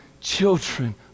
children